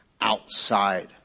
outside